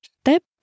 Step